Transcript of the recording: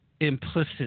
implicit